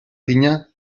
tinya